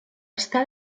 està